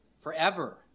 forever